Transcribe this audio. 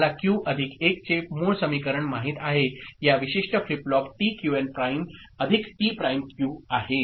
आम्हाला Q plus 1 चे मूळ समीकरण माहित आहे की या विशिष्ट flip flop T Q n prime plus T prime Q आहे